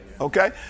Okay